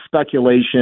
speculation